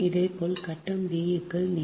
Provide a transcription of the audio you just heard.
இதேபோல் கட்டம் b க்கு நீங்கள் ʎb 0